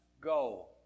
go